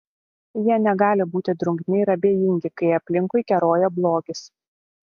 jie negali būti drungni ir abejingi kai aplinkui keroja blogis